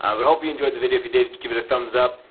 i but hope you enjoyed the video, if you did, give it a thumbs up.